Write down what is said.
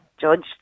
judged